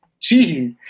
Jeez